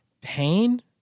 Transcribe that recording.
Pain